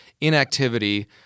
inactivity